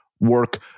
work